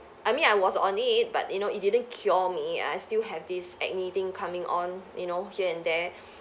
I mean I was on it but you know it didn't cure me I still have this acne thing coming on you know here and there